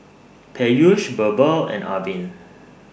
Peyush Birbal and Arvind